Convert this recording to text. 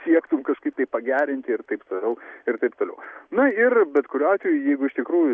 siektum kažkaip tai pagerinti ir taip toliau ir taip toliau nu ir bet kuriuo atveju jeigu iš tikrųjų